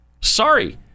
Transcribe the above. sorry